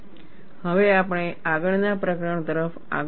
હવે આપણે આગળના પ્રકરણ તરફ આગળ વધીએ